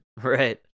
Right